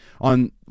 on